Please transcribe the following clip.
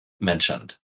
mentioned